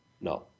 No